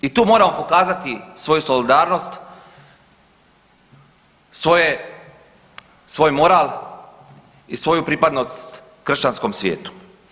I tu moramo pokazati svoju solidarnost, svoj moral i svoju pripadnost kršćanskom svijetu.